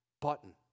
button